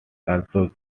also